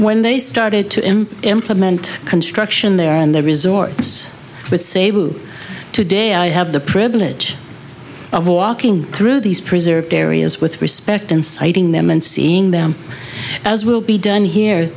when they started to him implement construction there and the resorts would say boo today i have the privilege of walking through these preserved areas with respect and citing them and seeing them as will be done here